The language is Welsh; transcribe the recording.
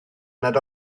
nad